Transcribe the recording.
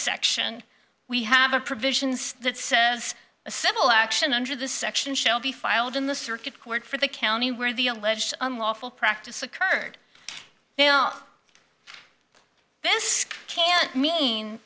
section we have a provisions that says a civil action under the section shall be filed in the circuit court for the county where the alleged unlawful practice occurred they will this can mean